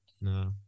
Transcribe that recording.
no